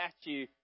statue